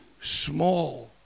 small